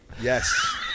yes